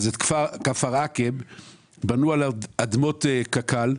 אז את כפר עקב בנו על אדמות קק"ל,